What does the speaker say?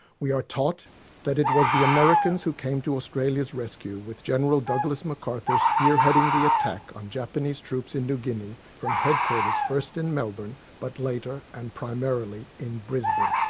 we are taught that it was the americans who came to australia's rescue, with general douglas macarthur spearheading the attack on japanese troops in new guinea from headquarters first in melbourne but later, and primarily in brisbane.